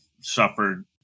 suffered